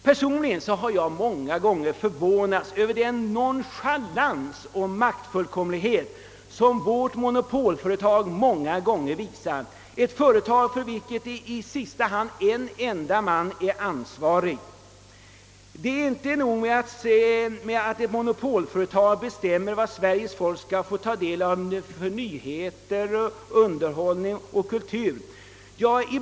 Personligen har jag många gånger förvånats över den nonchalans och maktfullkomlighet, som vårt monopolföretag visat — ett företag för vilket i sista hand en enda man är ansvarig. Det är inte nog med att ett monopolföretag bestämmer vad Sveriges folk skall bjudas i form av nyheter, underhållning och kultur.